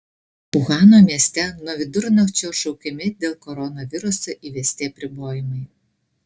uhano mieste nuo vidurnakčio atšaukiami dėl koronaviruso įvesti apribojimai